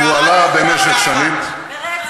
הוא עלה במשך שנים, ירדנו בקדחת.